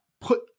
put